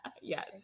Yes